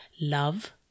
love